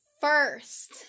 first